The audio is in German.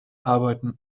arbeiten